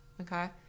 Okay